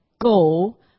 go